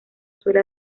suele